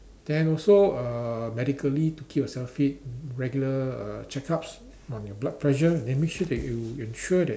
then also uh medically to keep yourself fit regular uh check-ups on your blood pressure then make sure that you ensure that